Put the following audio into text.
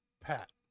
Pat